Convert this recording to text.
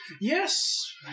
Yes